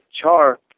char